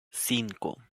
cinco